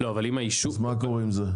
מה קורה עם זה?